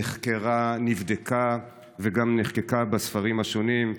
נחקרה, נבדקה וגם נחקקה בספרים השונים.